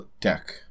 deck